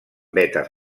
vetes